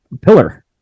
pillar